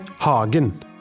Hagen